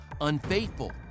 Unfaithful